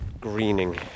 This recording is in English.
greening